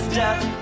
death